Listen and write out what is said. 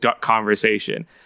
conversation